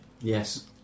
Yes